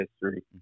history